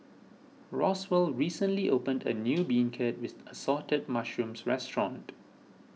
Roswell recently opened a new Beancurd with Assorted Mushrooms restaurant